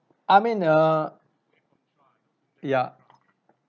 I mean err ya